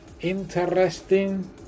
interesting